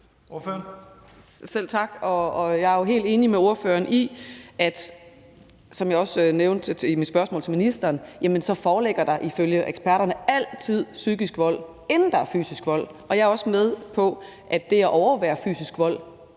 ifølge eksperterne altid foreligger psykisk vold, inden der er fysisk vold. Jeg er også med på, at det at overvære fysisk vold